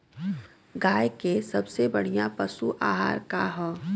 गाय के सबसे बढ़िया पशु आहार का ह?